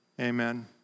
Amen